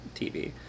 tv